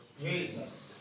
Jesus